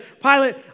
Pilate